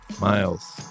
Miles